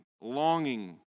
longing